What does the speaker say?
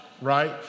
right